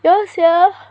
ya sia